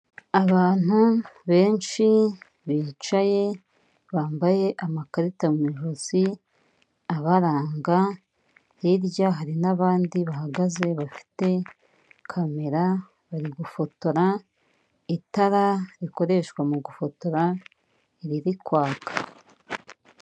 Abantu benshi bicaye bambaye amakarita mu ijosi abaranga, hirya hari n'abandi bahagaze bafite kamera bari gufotora, itara rikoreshwa mu gufotora riri kwaka.